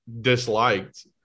disliked